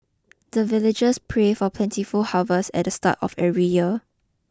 the villagers pray for plentiful harvest at the start of every year